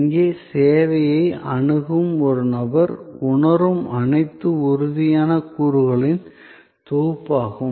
இங்கே சேவையை அணுகும் ஒரு நபர் உணரும் அனைத்தும் உறுதியான கூறுகளின் தொகுப்பாகும்